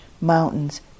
mountains